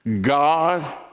God